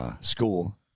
school